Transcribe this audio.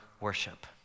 worship